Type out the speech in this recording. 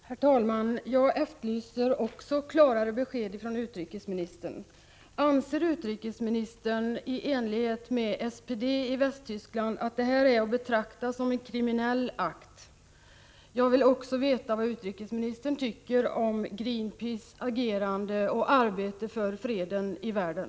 Herr talman! Jag efterlyser också klarare besked från utrikesministern. Anser utrikesministern i enlighet med SPD i Västtyskland att detta är att betrakta som en kriminell akt? Jag vill också veta vad utrikesministern tycker om Greenpeace och dess arbete för freden i världen.